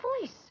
voice